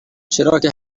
چراکه